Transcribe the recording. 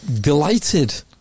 Delighted